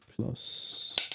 plus